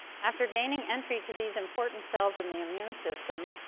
after gaining entry to these important cells in the immune system,